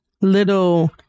little